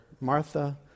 Martha